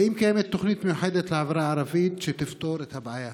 2. האם קיימת תוכנית מיוחדת לחברה הערבית שתפתור את הבעיה?